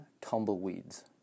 tumbleweeds